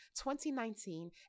2019